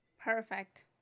Perfect